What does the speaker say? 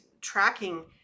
tracking